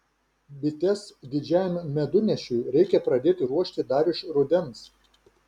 bites didžiajam medunešiui reikia pradėti ruošti dar iš rudens